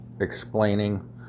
explaining